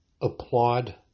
applaud